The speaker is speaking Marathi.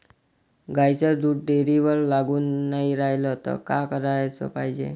गाईचं दूध डेअरीवर लागून नाई रायलं त का कराच पायजे?